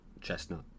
Chestnut